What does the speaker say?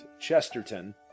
Chesterton